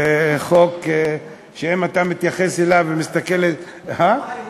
זה חוק שאם אתה מתייחס אליו, היהודים